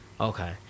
Okay